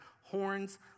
horns